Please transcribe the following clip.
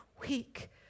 weak